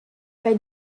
bei